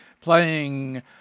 playing